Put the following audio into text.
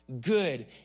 good